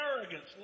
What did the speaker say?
arrogance